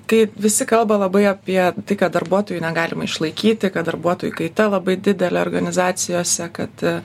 kai visi kalba labai apie tai kad darbuotojų negalima išlaikyti kad darbuotojų kaita labai didelė organizacijose kad